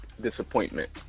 disappointment